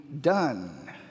done